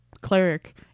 cleric